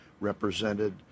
represented